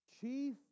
Chief